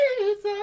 Jesus